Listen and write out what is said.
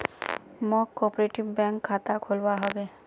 मौक कॉपरेटिव बैंकत खाता खोलवा हबे